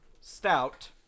Stout